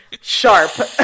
sharp